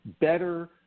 better